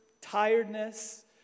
tiredness